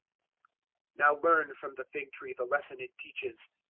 now learn from the fig-tree the lesson it teaches.